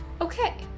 Okay